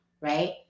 right